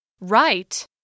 Right